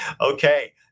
Okay